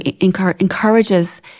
encourages